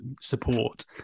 support